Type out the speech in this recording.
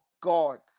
god